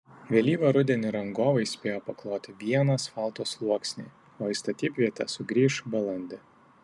vėlyvą rudenį rangovai spėjo pakloti vieną asfalto sluoksnį o į statybvietę sugrįš balandį